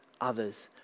others